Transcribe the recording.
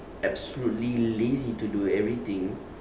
absolutely lazy to do everything